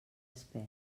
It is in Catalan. espés